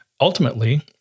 Ultimately